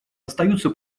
остаются